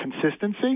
consistency